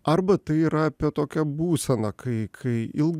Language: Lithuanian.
arba tai yra apie tokią būseną kai kai il